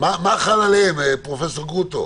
מה חל עליהן, פרופ' גרוטו?